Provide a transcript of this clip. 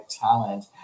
talent